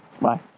bye